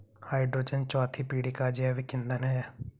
hydrogen चौथी पीढ़ी का जैविक ईंधन है